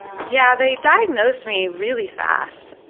yeah, they diagnosed me really fast.